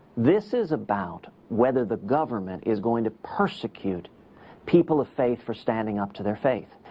this is about whether the government is going to persecute people of faith for standing up to their faith.